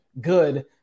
Good